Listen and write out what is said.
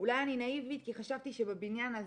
אולי אני נאיבית כי חשבתי שבבניין הזה,